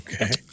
Okay